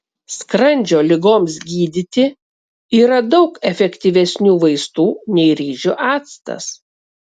skrandžio ligoms gydyti yra daug efektyvesnių vaistų nei ryžių actas